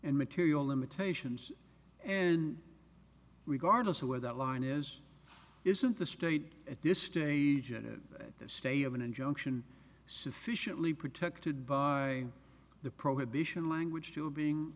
and material limitations and regardless of where that line is isn't the state at this stage in the state of an injunction sufficiently protected by the prohibition language to being